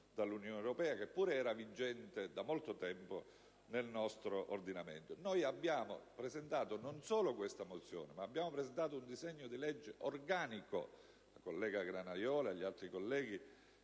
dall'Unione europea, che pure era vigente da molto tempo nel nostro ordinamento. Noi abbiamo presentato non solo questa mozione, ma anche un disegno di legge organico, sul quale hanno lavorato la collega